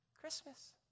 Christmas